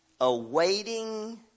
awaiting